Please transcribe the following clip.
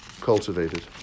cultivated